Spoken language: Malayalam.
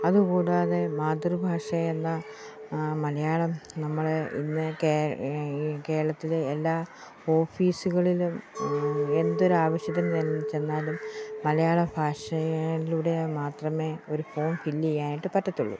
അതുകൂടാതെ മാതൃഭാഷയെന്ന മലയാളം നമ്മളെ ഇന്ന് ഈ കേരളത്തിലെ എല്ലാ ഓഫീസുകളിലും എന്തൊരാവശ്യത്തിന് ചെന്ന് ചെന്നാലും മലയാളഭാഷയിലൂടെ മാത്രമേ ഒരു ഫോം ഫിൽ ചെയ്യാനായിട്ട് പറ്റത്തുള്ളൂ